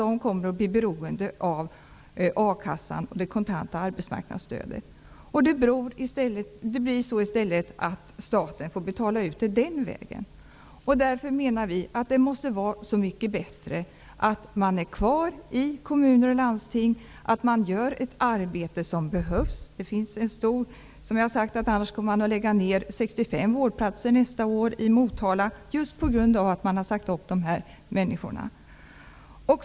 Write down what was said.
De kommer att bli beroende av a-kassan och det kontanta arbetsmarknadsstödet. Staten får betala ut pengarna den vägen i stället. Vi socialdemokrater menar därför att det måste vara så mycket bättre att de anställda är kvar inom kommuner och landsting, och att de gör ett arbete som behövs. Just på grund av att man har sagt upp dessa människor kommer man nästa år att lägga ned 65 vårdplatser i Motala.